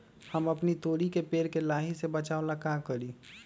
हम अपना तोरी के पेड़ के लाही से बचाव ला का करी?